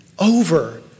over